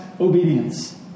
obedience